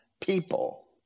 people